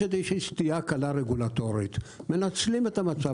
אם יש איזו שהיא סטייה קלה רגולטורית מנצלים את המצב.